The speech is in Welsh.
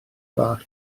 bach